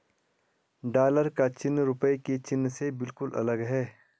dollar का चिन्ह रूपए के चिन्ह से बिल्कुल अलग है